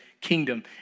kingdom